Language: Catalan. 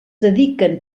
dediquen